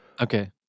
okay